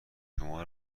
شما